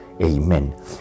Amen